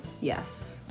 Yes